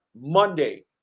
Monday